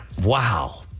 Wow